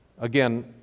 again